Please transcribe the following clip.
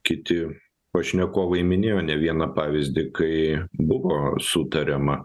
kiti pašnekovai minėjo ne vieną pavyzdį kai buvo sutariama